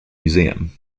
museum